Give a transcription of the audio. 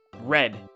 Red